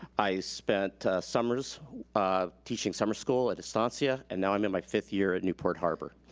i spent summers um teaching summer school at estancia, and now i'm in my fifth year at newport harbor.